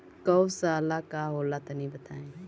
गौवशाला का होला तनी बताई?